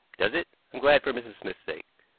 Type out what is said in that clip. does it? i'm glad for mrs. smith's sake.